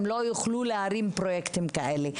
הן עדיין לא יוכלו להרים פרויקטים כאלה.